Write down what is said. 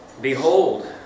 Behold